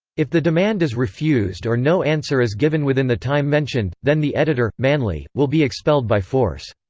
if the demand is refused or no answer is given within the time mentioned, then the editor, manly, will be expelled by force.